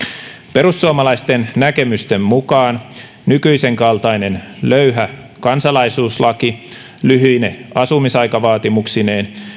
perussuomalaisten näkemysten mukaan nykyisen kaltainen löyhä kansalaisuuslaki lyhyine asumisaikavaatimuksineen